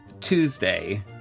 Tuesday